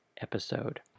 episode